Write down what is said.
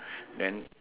then